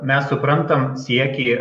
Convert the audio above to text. mes suprantam siekį